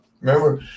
remember